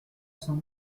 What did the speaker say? cent